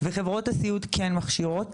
וחברות הסיעוד כן מכשירות.